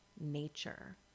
nature